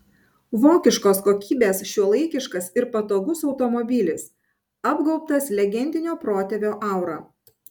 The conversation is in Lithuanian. vokiškos kokybės šiuolaikiškas ir patogus automobilis apgaubtas legendinio protėvio aura